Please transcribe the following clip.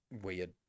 weird